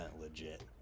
legit